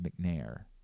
McNair